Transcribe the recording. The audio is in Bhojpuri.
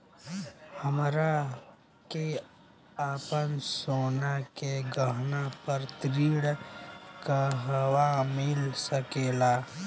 हमरा के आपन सोना के गहना पर ऋण कहवा मिल सकेला?